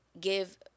give